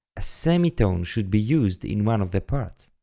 a semitone should be used in one of the parts.